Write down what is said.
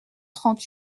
trente